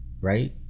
right